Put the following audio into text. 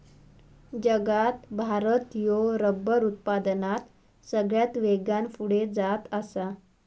जगात भारत ह्यो रबर उत्पादनात सगळ्यात वेगान पुढे जात आसा